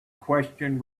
question